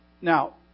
Now